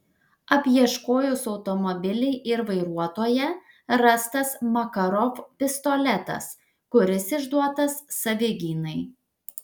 apieškojus automobilį ir vairuotoją rastas makarov pistoletas kuris išduotas savigynai